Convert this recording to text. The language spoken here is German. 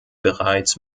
bereits